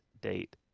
date